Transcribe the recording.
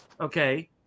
Okay